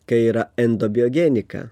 kai yra endobiogenika